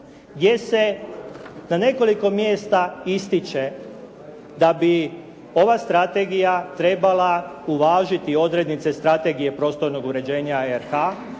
gdje se na nekoliko mjesta ističe da bi ova strategija trebala uvažiti odrednice strategije prostornog uređenja RH,